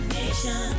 nation